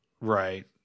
Right